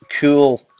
cool